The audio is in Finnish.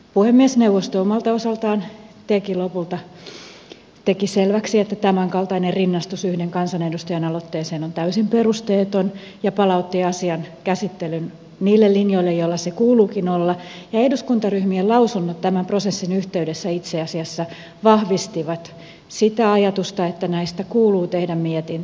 puhemiesneuvosto omalta osaltaan teki lopulta selväksi että tämänkaltainen rinnastus yhden kansanedustajan aloitteeseen on täysin perusteeton ja palautti asian käsittelyn niille linjoille joilla sen kuuluukin olla ja eduskuntaryhmien lausunnot tämän prosessin yhteydessä itse asiassa vahvistivat sitä ajatusta että näistä kuuluu tehdä mietintö